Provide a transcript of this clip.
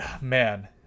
Man